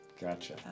Gotcha